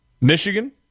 Michigan